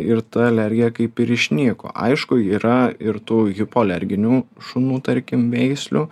ir ta alergija kaip ir išnyko aišku yra ir tų hipoalerginių šunų tarkim veislių